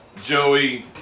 Joey